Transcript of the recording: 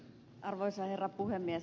arvoisa herra puhemies